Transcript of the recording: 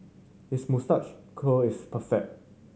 his moustache curl is perfect